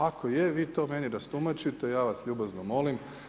Ako je, vi to meni rastumačite ja vas ljubazno molim.